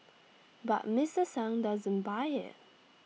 but Mister sung doesn't buy IT